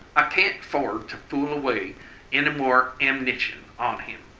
i can't ford to fool away any more am'nition on him.